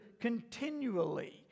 continually